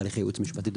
תהליכי ייעוץ משפטי,